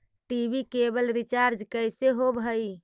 TV cable recharge कैसे होब हइ?